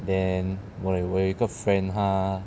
then 我有我有一个 friend 他